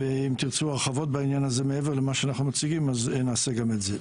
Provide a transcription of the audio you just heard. ואם תרצו הרחבות בעניין הזה מעבר למה שאנחנו מציגים נעשה גם את זה.